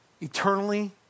eternally